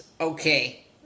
Okay